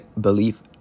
belief